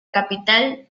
capital